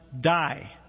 die